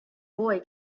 boy